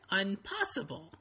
impossible